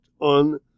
on